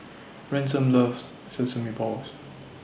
Ransom loves Sesame Balls